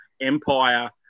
empire